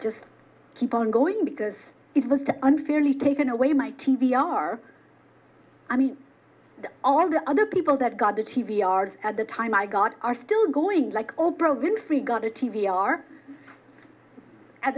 just keep on going because it was unfairly taken away my t v are i mean all the other people that got the t v are at the time i got are still going like oprah winfrey got a t v are at